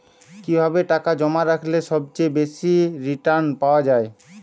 কিভাবে টাকা জমা রাখলে সবচেয়ে বেশি রির্টান পাওয়া য়ায়?